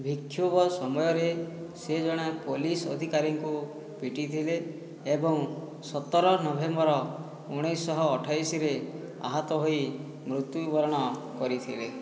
ବିକ୍ଷୋଭ ସମୟରେ ସେ ଜଣେ ପୋଲିସ ଅଧିକାରୀଙ୍କୁ ପିଟିଥିଲେ ଏବଂ ସତର ନଭେମ୍ବର ଉଣେଇଶହ ଅଠେଇଶରେ ଆହତ ହୋଇ ମୃତ୍ୟୁବରଣ କରିଥିଲେ